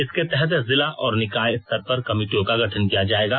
इसके तहत जिला और निकाय स्तर पर कमिटियों का गठन किया जाएगा